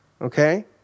Okay